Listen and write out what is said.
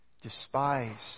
despised